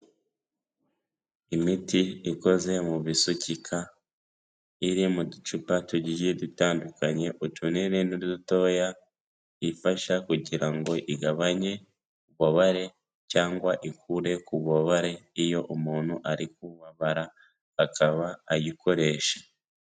Imiti ikoze mu bisukika iri mu ducupa tugiye dutandukanye utunini nu dutoya ifasha kugira ngo igabanye ubu ububabare cyangwa ikure ku bubabare iyo umuntu ari kubabara akaba ayikoresha.